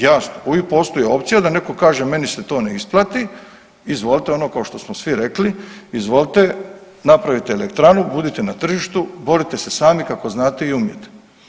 Jasno, uvijek postoji opcija da netko kaže meni se to ne isplati, izvolite onako kao što smo svi rekli, izvolite napravite elektranu, budite na tržištu, borite se sami kako znate i umijete.